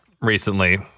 recently